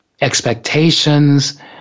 expectations